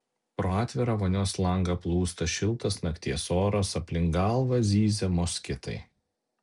pro atvirą vonios langą plūsta šiltas nakties oras aplink galvą zyzia moskitai